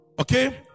okay